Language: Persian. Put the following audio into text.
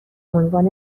عنوان